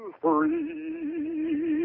free